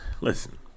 Listen